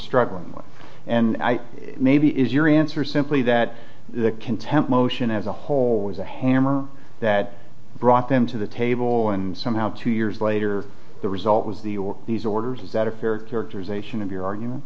struggling with and i may be is your answer simply that the contempt motion as a whole was a hammer that brought them to the table and somehow two years later the result was the or these orders is that a fair characterization of your argument